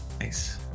Nice